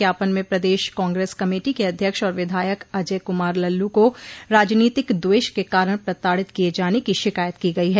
ज्ञापन में प्रदेश कांग्रेस कमेटी के अध्यक्ष और विधायक अजय कुमार लल्लू को राजनीतिक द्वेष के कारण प्रताड़ित किये जाने की शिकायत की गई है